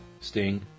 sting